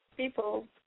people